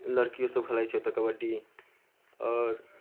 लड़कियोसभ खेलाइ छै ओतय कबड्डी आओर